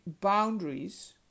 boundaries